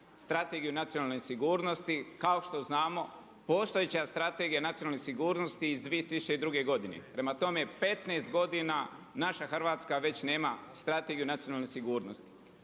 Strategiju nacionalne sigurnosti. Kao što znamo, postojeća Strategija nacionalne sigurnosti iz 2002. godine. Prema tome 15 godina naša Hrvatska već nema Strategiju nacionalne sigurnosti.